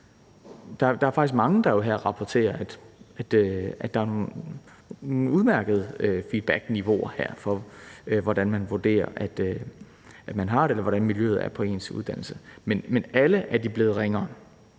Der er faktisk mange, der her kommer med udmærket feedback; der er nogle udmærkede feedbackniveauer her for, hvordan man vurderer at man har det, eller hvordan miljøet er på ens uddannelse. Men i alle tilfælde er de blevet ringere